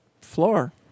floor